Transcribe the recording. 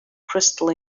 crystal